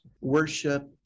worship